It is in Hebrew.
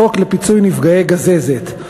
חוק לפיצוי נפגעי גזזת.